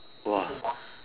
!wah!